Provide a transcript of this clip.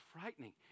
frightening